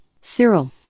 Cyril